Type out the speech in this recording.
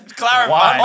clarify